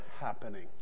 happening